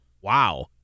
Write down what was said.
Wow